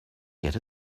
get